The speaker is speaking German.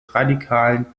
radikalen